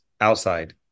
outside